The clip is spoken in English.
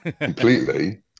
completely